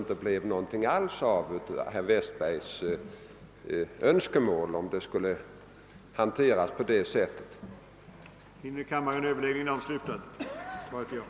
Skall verksamheten hanteras på det sättet, kanske det inte blir någonting alls av herr Westbergs önskemål.